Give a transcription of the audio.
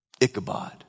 Ichabod